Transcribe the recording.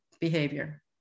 behavior